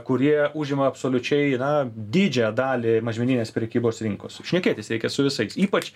kurie užima absoliučiai na didžiąją dalį mažmeninės prekybos rinkos šnekėtis reikia su visais ypač